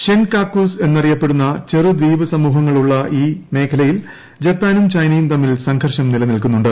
Senkakus എന്നറിയപ്പെടുന്ന ചെറു ദ്വീപ് സമൂഹങ്ങൾ ഉള്ള ഈ മേഖലയിൽ ജപ്പാനും ചൈനയും തമ്മിൽ സംഘർഷം നിലനിൽകുന്നുണ്ട്